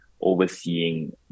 overseeing